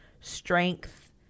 strength